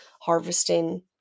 harvesting